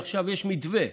עכשיו יש מתווה,